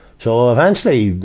so eventually,